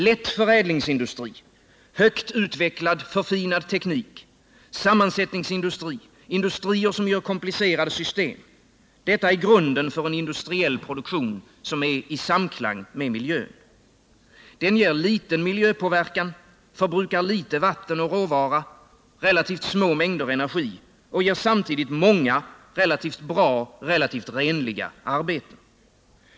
Lätt förädlingsindustri, högt utvecklad och förfinad teknik, sammansättningsindustri, industrier som gör komplicerade system — detta är grunden för en industriell produktion som är i samklang med miljön. Den ger liten miljöpåverkan, och den förbrukar litet vatten och råvara och relativt små mängder energi. Den ger samtidigt många relativt bra och relativt renliga arbeten.